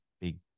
big